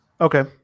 Okay